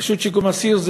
רשות לשיקום האסיר.